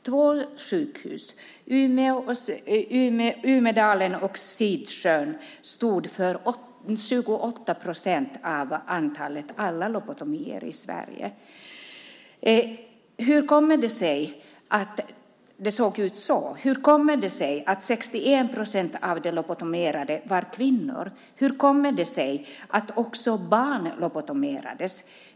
Två sjukhus, Umedalen och Sidsjön, stod för 28 procent av alla lobotomier i Sverige. Hur kommer det sig att det såg ut så? Hur kommer det sig att 61 procent av de lobotomerade var kvinnor? Hur kommer det sig att också barn lobotomerades?